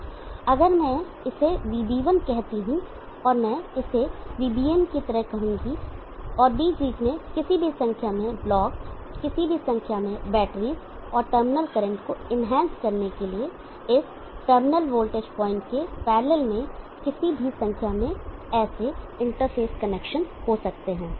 अब अगर मैं इस VB1 कहता हूं और मैं इसे VBn की तरह कहूंगा और बीच बीच में किसी भी संख्या में ब्लॉक किसी भी संख्या में बैटरीज और टर्मिनल करंट को इनहैंस करने के लिए इस टर्मिनल वोल्टेज पॉइंट के पैरलल में किसी भी संख्या में ऐसे इंटरफ़ेस कनेक्शन हो सकते हैं